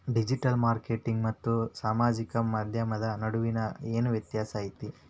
digital marketing ಮತ್ತ ಸಾಮಾಜಿಕ ಮಾಧ್ಯಮದ ನಡುವ ಏನ್ ವ್ಯತ್ಯಾಸ ಐತಿ